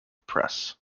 press